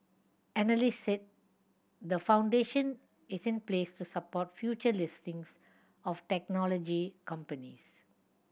analysts said the foundation is in place to support future listings of technology companies